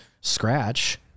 scratch